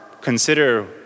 consider